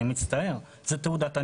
אני מצטער, זו תעודת עניות.